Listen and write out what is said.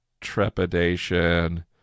trepidation